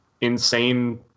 insane